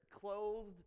Clothed